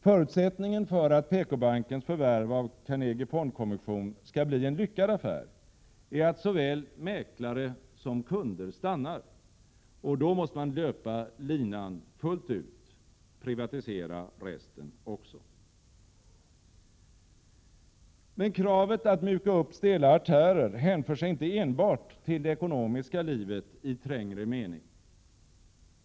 Förutsättningen för att PKbankens förvärv av Carnegie Fondkommission skall bli en lyckad affär är att såväl mäklare som kunder stannar, och då måste man löpa linan fullt ut och privatisera resten också. Men kravet att mjuka upp stela artärer hänför sig inte enbart till det ekonomiska livet i trängre mening.